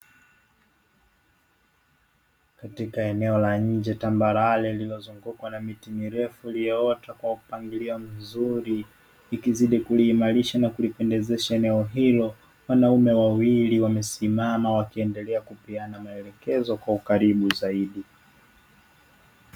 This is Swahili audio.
Katika eneo la nje tambarare lililozungukwa na miti mirefu iliyoota kwa mpangilio mzuri, ikizidi kuliimarisha na kulipendezesha eneo hilo. Wanaume wawili wamesimama wakiendelea kupeana maelekezo kwa ukaribu zaidi.